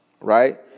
right